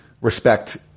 respect